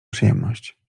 przyjemność